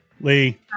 Lee